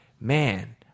man